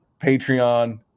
Patreon